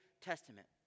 Testament